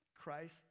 Christ